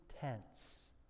tense